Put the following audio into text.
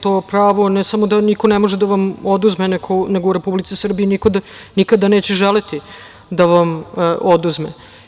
To pravo ne samo da niko ne može da vam oduzme, nego u Republici Srbiji niko nikada neće želeti da vam oduzme.